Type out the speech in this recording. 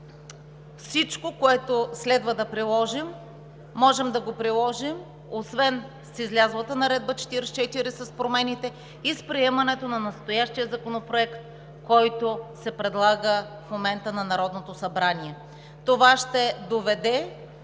Всичко, което следва да приложим, можем да го приложим, освен с промените в излязлата Наредба № 44, и с приемането на настоящия законопроект, който се предлага в момента в Народното събрание. Това ще доведе